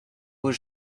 was